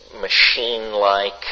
machine-like